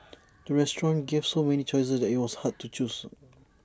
the restaurant gave so many choices that IT was hard to choose